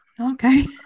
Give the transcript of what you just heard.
okay